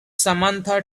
samantha